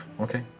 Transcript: Okay